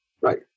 Right